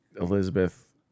Elizabeth